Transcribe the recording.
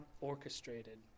orchestrated